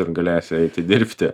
ir galėsi eiti dirbti